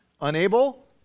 Unable